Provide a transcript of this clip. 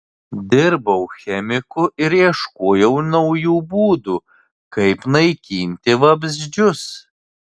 dirbau chemiku ir ieškojau naujų būdų kaip naikinti vabzdžius